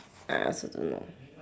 I also don't know